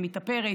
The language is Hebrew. היא מתאפרת,